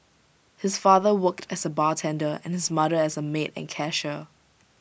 his father worked as A bartender and and his mother as A maid and cashier